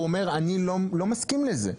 הוא אומר אני לא מסכים לזה,